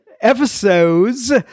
episodes